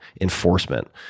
enforcement